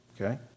okay